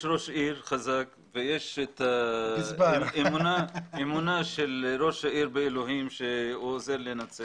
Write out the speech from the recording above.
יש ראש עיר חזק ויש את האמונה של ראש העיר באלוהים שהוא עוזר לנצרת.